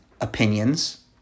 opinions